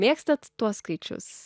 mėgstat tuos skaičius